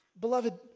Beloved